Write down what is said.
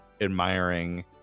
admiring